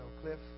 Cliff